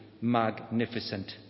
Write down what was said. magnificent